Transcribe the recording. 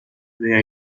via